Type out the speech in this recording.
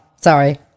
sorry